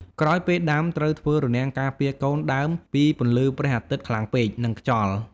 ក្រោយពេលដាំ ត្រូវធ្វើរនាំងការពារកូនដើមពីពន្លឺព្រះអាទិត្យខ្លាំងពេក និងខ្យល់។